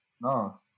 No